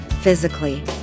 physically